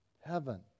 heaven